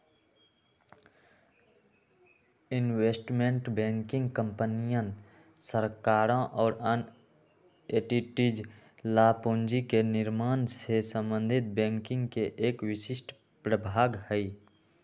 investment banking कंपनियन, सरकारों और अन्य एंटिटीज ला पूंजी के निर्माण से संबंधित बैंकिंग के एक विशिष्ट प्रभाग हई